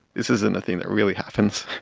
this isn't a thing that really happens.